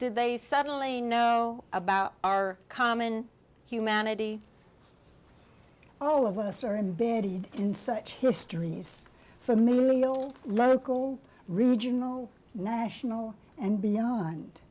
did they suddenly know about our common humanity all of us are embedded in such histories for me local regional national and beyond